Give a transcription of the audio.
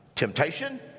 temptation